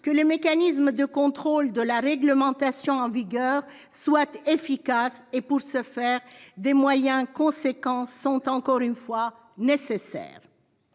que les mécanismes de contrôle de la réglementation en vigueur soient efficaces ; pour ce faire, des moyens considérables sont derechef nécessaires.